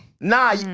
Nah